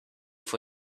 for